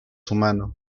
humano